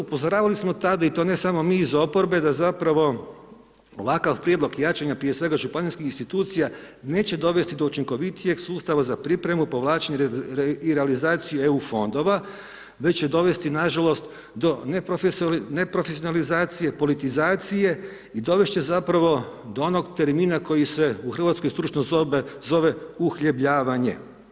Upozoravali smo tada i to ne samo mi iz oporbe zapravo ovakav prijedlog jačanja prije svega županijskih institucija neće dovesti do učinkovitijeg sustava za pripremu povlačenja i realizaciju EU fondova već će dovesti nažalost do ne profesionalizacije, politizacije i dovesti će zapravo do onog termina koji se u Hrvatskoj stručno zove uhljebljavanje.